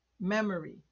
memory